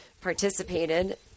participated